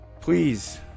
Please